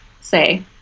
say